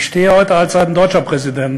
יושב-ראש הכנסת הנכבד מר